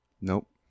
Nope